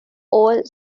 old